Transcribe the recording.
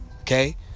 Okay